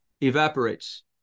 evaporates